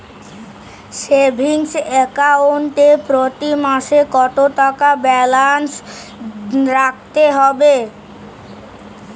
Savings account এ প্রতি মাসে কতো টাকা ব্যালান্স রাখতে হবে?